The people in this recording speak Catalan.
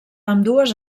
ambdues